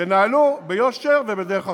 תנהלו ביושר ובדרך אחרת.